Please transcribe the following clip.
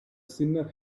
sinner